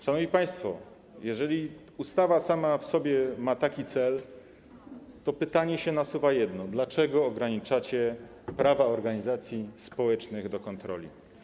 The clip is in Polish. Szanowni państwo, jeżeli ustawa sama w sobie ma taki cel, to nasuwa się jedno pytanie: Dlaczego ograniczacie prawa organizacji społecznych do kontroli?